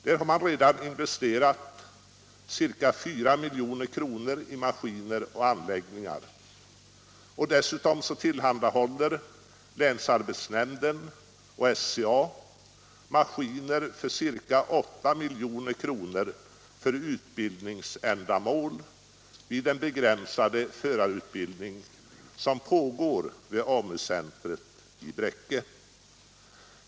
Där har redan investerats ca 4 milj.kr. i maskiner och anläggningar, och dessutom tillhandahåller länsarbetsnämnden och SCA maskiner för ca 8 milj.kr. för utbildningsändamål vid den begränsade förarutbildning som pågår där.